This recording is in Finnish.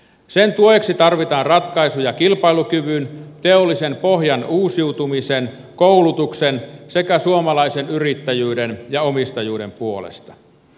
sen tueksi tarvitaan ratkaisuja kilpailukyvyn teollisen pohjan uusiutumisen koulutuksen sekä suomalaisen yrittäjyyden ja omistajuuden puolesta